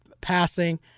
passing